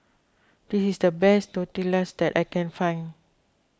this is the best Tortillas that I can find